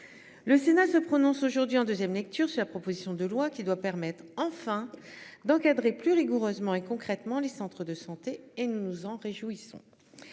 Le Sénat se prononce aujourd'hui en 2ème lecture sur la proposition de loi qui doit permettre enfin d'encadrer plus rigoureusement et concrètement les centres de santé et nous nous en réjouissons.